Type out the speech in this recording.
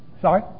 Sorry